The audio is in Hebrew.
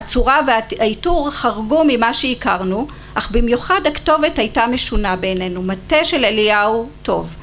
הצורה והעיטור חרגו ממה שהכרנו, אך במיוחד הכתובת הייתה משונה בעינינו, מטה של אליהו...